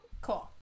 Cool